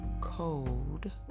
code